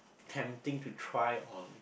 tempting to try on